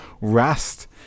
rest